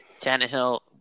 Tannehill